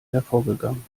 hervorgegangen